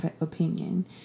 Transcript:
opinion